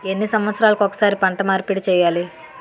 ఎన్ని సంవత్సరాలకి ఒక్కసారి పంట మార్పిడి చేయాలి?